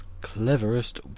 Cleverest